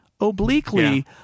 obliquely